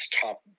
top